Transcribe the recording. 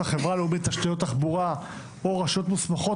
החברה הלאומית לתשתיות תחבורה או רשויות מוסמכות